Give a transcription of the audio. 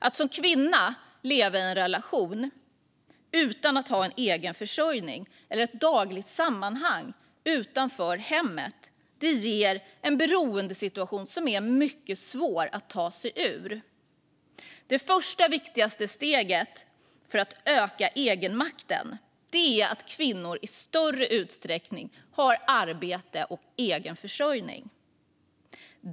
Att som kvinna leva i en relation utan att ha en egen försörjning eller ett dagligt sammanhang utanför hemmet ger en beroendesituation som är mycket svår att ta sig ur. Det första och viktigaste steget för att öka egenmakten är att kvinnor i större utsträckning har arbete och egen försörjning.